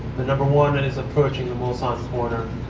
the number one and is approaching the mulsanne corner.